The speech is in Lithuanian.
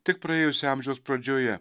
tik praėjusio amžiaus pradžioje